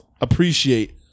appreciate